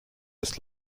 ist